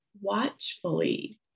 watchfully